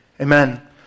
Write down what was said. Amen